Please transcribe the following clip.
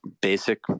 basic